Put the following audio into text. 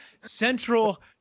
central